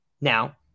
Now